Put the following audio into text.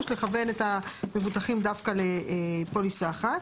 לכוון את המבוטחים דווקא לפוליסה אחת.